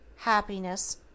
happiness